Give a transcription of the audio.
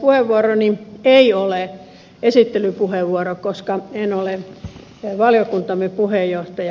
puheenvuoroni ei ole esittelypuheenvuoro koska en ole valiokuntamme puheenjohtaja